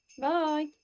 Bye